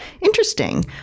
Interesting